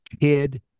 kid